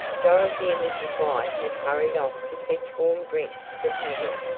dorothy and mrs. white had hurried off to fetch warm drinks for tavia.